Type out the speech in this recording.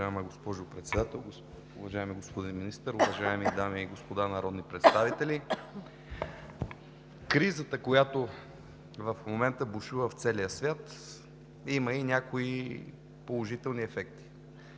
уважаема госпожо Председател. Уважаеми господин Министър, уважаеми дами и господа народни представители! Кризата, която в момента бушува в целия свят, има и някои положителни ефекти.